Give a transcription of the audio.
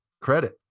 credit